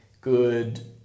good